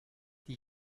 die